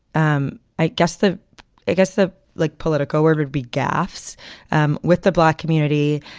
um i guess the i guess the like political word would be gaffes um with the black community,